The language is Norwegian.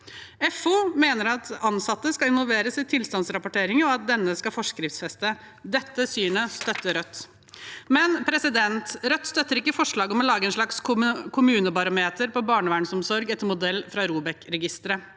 FO mener ansatte skal involveres i tilstandsrapporteringen, og at denne skal forskriftsfestes. Dette synet støtter Rødt. Rødt støtter ikke forslaget om å lage et slags kommunebarometer for barnevernsomsorg etter modell av ROBEK-registeret.